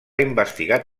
investigar